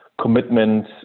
commitment